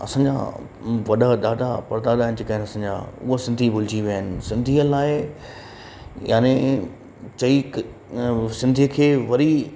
असांजा वॾा दादा परदादा आहिनि जेके आहिनि असांजा ऊअं सिंधी भुलिजी विया आहिनि सिंधीअ लाइ याने चई क सिंधीअ खे वरी